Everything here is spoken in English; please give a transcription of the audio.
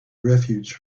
refuge